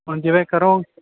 ਹੁਣ ਜਿਵੇਂ ਕਰੋ